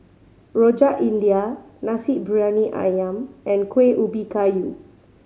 Rojak India Nasi Briyani Ayam and Kuih Ubi Kayu